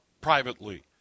privately